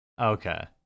Okay